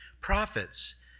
Prophets